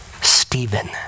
Stephen